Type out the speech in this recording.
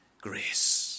grace